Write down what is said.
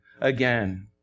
again